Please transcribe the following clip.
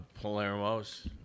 Palermo's